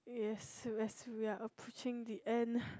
yes yes we are approaching the end